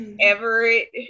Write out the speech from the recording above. Everett